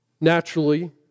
naturally